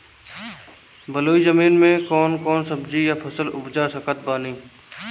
बलुई जमीन मे कौन कौन सब्जी या फल उपजा सकत बानी?